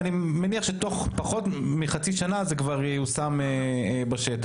אני מניח שתוך פחות מחצי שנה זה כבר ייושם בשטח,